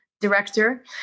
director